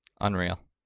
Unreal